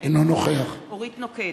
אינו נוכח אורית נוקד,